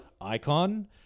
Icon